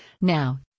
Now